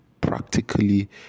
practically